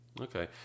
Okay